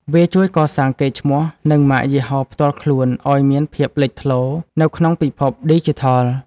វាជួយកសាងកេរ្តិ៍ឈ្មោះ និងម៉ាកយីហោផ្ទាល់ខ្លួន ឱ្យមានភាពលេចធ្លោនៅក្នុងពិភពឌីជីថល។